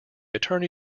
attorney